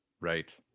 right